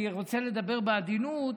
אני רוצה לדבר בעדינות: